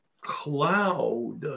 cloud